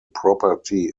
property